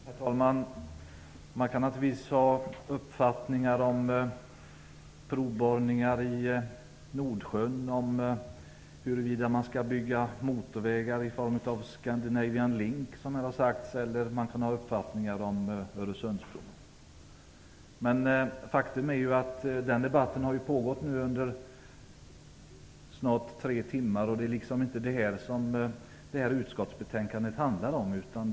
Herr talman! Man kan naturligtvis ha uppfattningar om provborrningar i Nordsjön, om huruvida man skall bygga motorvägar i form av Scandinavian Link, som har sagts här, eller om Men faktum är att nu har den här debatten pågått under snart tre timmar. Det är inte detta som det här utskottsbetänkandet handlar om.